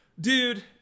dude